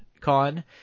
con